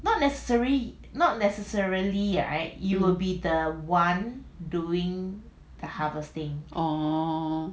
orh